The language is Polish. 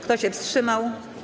Kto się wstrzymał?